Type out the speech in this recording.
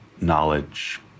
knowledge